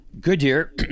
Goodyear